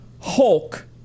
Hulk